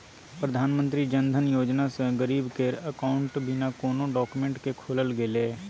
प्रधानमंत्री जनधन योजना सँ गरीब केर अकाउंट बिना कोनो डाक्यूमेंट केँ खोलल गेलै